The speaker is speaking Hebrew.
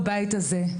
בבית הזה,